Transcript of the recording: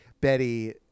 Betty